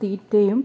തീറ്റയും